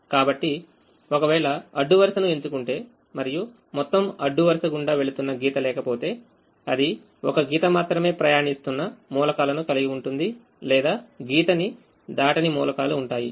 కాబట్టి ఒకవేళ అడ్డు వరుసను ఎంచుకుంటే మరియు మొత్తం అడ్డు వరుస గుండా వెళుతున్న గీత లేకపోతే అది ఒక గీత మాత్రమే ప్రయాణిస్తున్న మూలకాలను కలిగి ఉంటుంది లేదా గీతని దాటని మూలకాలు ఉంటాయి